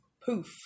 poof